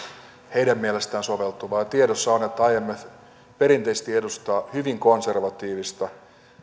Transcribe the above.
heidän mielestään soveltuvaa ja tiedossa on että imf perinteisesti edustaa hyvin konservatiivista